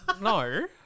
no